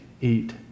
eat